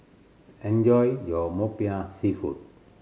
enjoy your Popiah Seafood